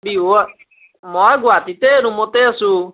মই গুৱাহাটীতে ৰূমতে আছোঁ